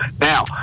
Now